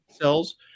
cells